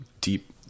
deep